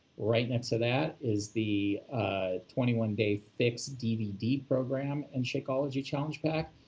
right next to that is the twenty one day fix dvd program and shakeology challenge pack.